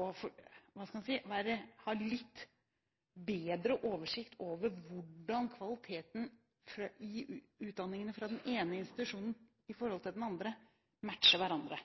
å få litt bedre oversikt over hvordan kvaliteten i utdanningene fra den ene institusjonen til den